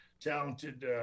talented